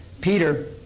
Peter